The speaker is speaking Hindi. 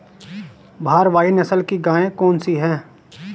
भारवाही नस्ल की गायें कौन सी हैं?